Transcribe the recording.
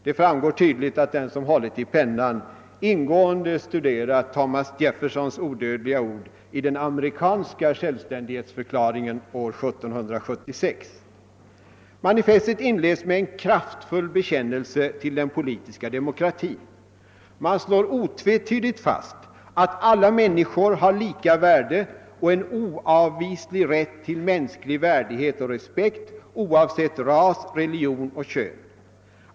Det framgår tydligt att den som hållit i pennan ingående har studerat Thomas Jeffersons odödliga ord i den amerikanska självständighetsförklaringen år 1776. Manifestet inleds med kraftfull bekännelse till den politiska demokratin. Man slår otvetydigt fast att alla människor har lika värde och en oavvislig rätt till mänsklig värdighet och respekt oavsett ras, religion och kön.